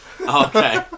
Okay